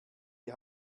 die